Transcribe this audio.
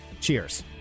Cheers